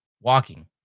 walking